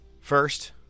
First